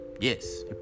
yes